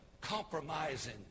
compromising